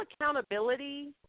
accountability